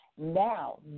Now